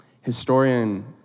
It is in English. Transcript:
Historian